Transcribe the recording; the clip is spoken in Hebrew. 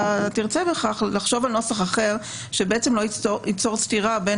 תרצה בכך על נוסח אחר שבעצם לא ייצור סתירה בין